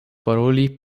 paroli